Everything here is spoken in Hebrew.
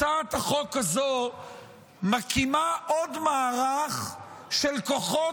הצעת החוק הזאת מקימה עוד מערך של כוחות